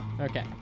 okay